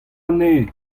anezhe